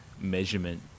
measurement